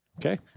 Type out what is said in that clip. Okay